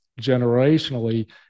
generationally